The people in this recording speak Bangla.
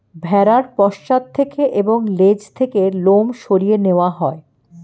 ভেড়ার পশ্চাৎ থেকে এবং লেজ থেকে লোম সরিয়ে নেওয়া হয়